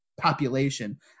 population